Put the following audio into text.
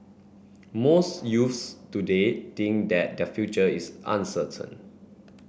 most youths today think that their future is uncertain